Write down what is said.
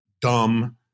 dumb